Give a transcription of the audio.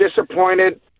disappointed